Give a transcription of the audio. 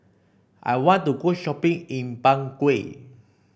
I want to go shopping in Bangui